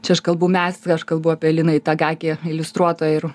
čia aš kalbu mes aš kalbu apie liną itagakę iliustruotoją ir